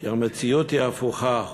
כי המציאות היא הפוכה.